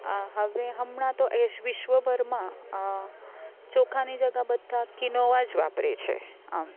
આ હવે હમણાં તો એજ વિશ્વભરમાં ચોખાની જગા બધા કીનોવા જ વાપરે છે આમ